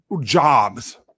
jobs